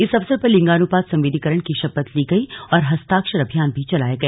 इस अवसर पर लिंगानुपात संवेदीकरण की शपथ ली गई और हस्ताक्षर अभियान भी चलाया गया